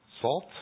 salt